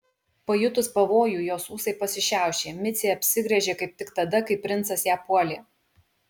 pajutus pavojų jos ūsai pasišiaušė micė apsigręžė kaip tik tada kai princas ją puolė